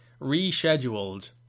rescheduled